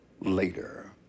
later